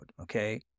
Okay